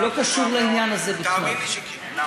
זה לא